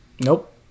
Nope